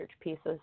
pieces